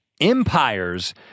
empires